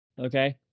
okay